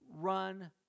run